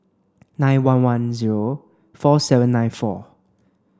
nine one one zero four seven nine four